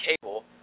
cable